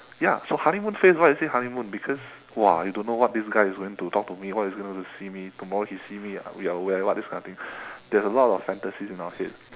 ya so honeymoon phase why is it honeymoon because !wah! you don't know what this guy is going to talk to me what he's gonna see me tomorrow he see me what I wear what this kind of thing there's a lot of fantasies in our head